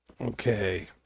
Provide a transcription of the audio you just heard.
Okay